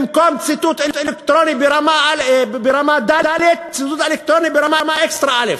במקום ציתות אלקטרוני ברמה ד' ציתות אלקטרוני ברמה אקסטרה א'.